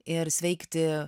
ir sveikti